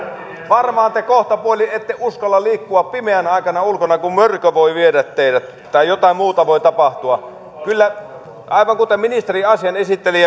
varmaan te kohtapuoliin ette uskalla liikkua pimeän aikana ulkona kun mörkö voi viedä teidät tai jotain muuta voi tapahtua aivan kuten ministeri asian esitteli